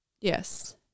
yes